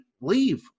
leave